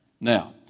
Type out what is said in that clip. Now